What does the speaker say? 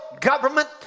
government